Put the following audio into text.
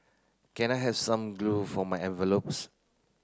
can I have some glue for my envelopes